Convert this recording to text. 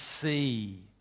see